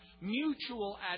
mutual